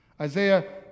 Isaiah